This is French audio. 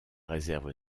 réserve